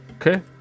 Okay